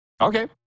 Okay